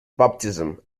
baptism